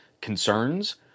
concerns